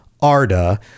Arda